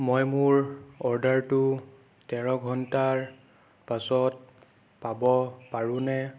মই মোৰ অৰ্ডাৰটো তেৰ ঘণ্টাৰ পাছত পাব পাৰোঁনে